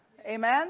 Amen